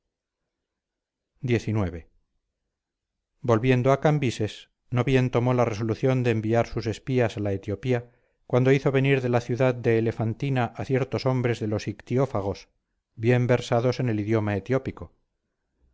xix volviendo a cambises no bien tomó la resolución de enviar sus espías a la etiopía cuando hizo venir de la ciudad de elefantina a ciertos hombres de los ictiófagos bien versados en el idioma